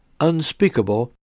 unspeakable